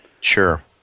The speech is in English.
Sure